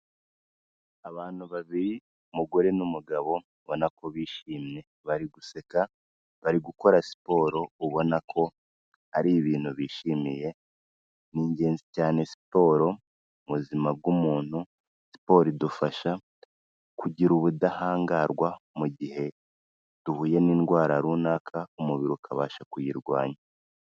Abantu babiri umugore n'umugabo ubona ko bishimye bari guseka bari gukora siporo ubona ko ari ibintu bishimiye, ni ingenzi cyane siporo buzima bw'umuntu siporro idufasha kugira ubudahangarwa mu gihe duhuye n'indwara runaka umubiri ukabasha kuyirwanya.